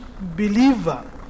believer